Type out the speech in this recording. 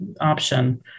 option